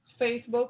Facebook